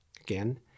again